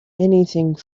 anything